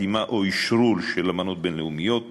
חתימה או אשרור של אמנות בין-לאומיות